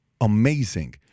amazing